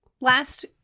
Last